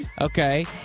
Okay